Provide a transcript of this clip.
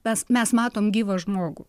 nes mes matom gyvą žmogų